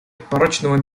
прочного